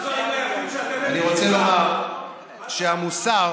אני רוצה לומר שהמוסר